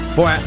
Boy